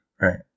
right